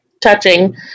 touching